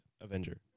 Avenger